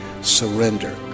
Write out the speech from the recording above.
surrender